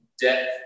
death